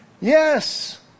Yes